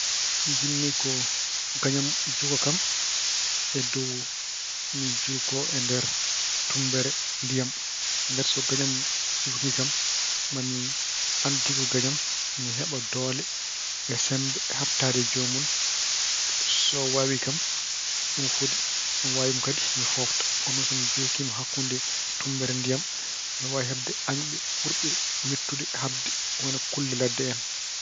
Njiɗmi ko gaño am juuka kam e dow mi juukoo e nder tummbere ndiyam. Ngati so gaño am juukii kam, maa anndu tigi ko kañam, mi heɓa doole e semmbe haɓaade joomum. So o waawi kam ko ɗum fodi. So mi waawi mo kadi, mi foofta. Ko noon so mi juukiima hakkunde tummbere ndiyam mbeɗe waawi heɓde añɓe ɓurɓe mettude haɓde, hono kulle ladde en.